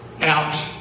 out